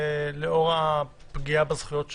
לאור הפגיעה בזכויות שלו,